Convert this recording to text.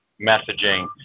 messaging